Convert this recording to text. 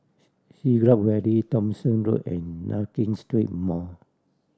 Siglap Valley Thomson Road and Nankin Street Mall